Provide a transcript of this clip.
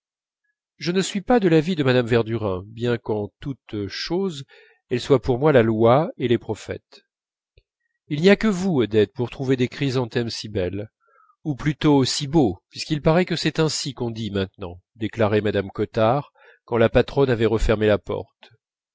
je ne suis pas de l'avis de madame verdurin bien qu'en toutes choses elle soit pour moi la loi et les prophètes il n'y a que vous odette pour trouver les chrysanthèmes si belles ou plutôt si beaux puisqu'il paraît que c'est ainsi qu'on dit maintenant déclarait mme cottard quand la patronne avait refermé la porte